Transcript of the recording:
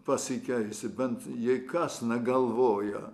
pasikeisti bent jei kas negalvoja